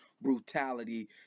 brutality